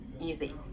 easy